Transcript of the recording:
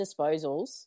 disposals